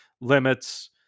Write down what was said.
Limits